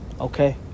Okay